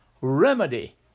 remedy